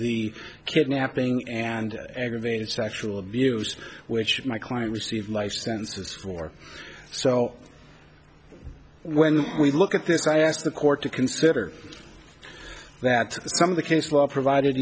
the kidnapping and aggravated sexual abuse which my client received life sentences for so when we look at this i ask the court to consider that some of the case law provided